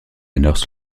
north